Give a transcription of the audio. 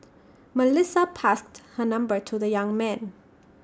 Melissa passed her number to the young man